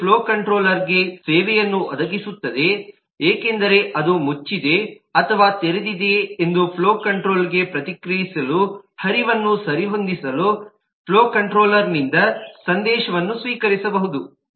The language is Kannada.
ಇದು ಫ್ಲೋ ಕಂಟ್ರೋಲ್ಗೆ ಸೇವೆಯನ್ನು ಒದಗಿಸುತ್ತದೆ ಏಕೆಂದರೆ ಅದು ಮುಚ್ಚಿದೆ ಅಥವಾ ತೆರೆದಿದೆಯೆ ಎಂದು ಫ್ಲೋ ಕಂಟ್ರೋಲ್ಗೆ ಪ್ರತಿಕ್ರಿಯಿಸಲು ಹರಿವನ್ನು ಸರಿಹೊಂದಿಸಲು ಫ್ಲೋ ಕಂಟ್ರೋಲ್ನಿಂದ ಸಂದೇಶವನ್ನು ಸ್ವೀಕರಿಸಬಹುದು